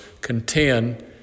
contend